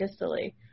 distally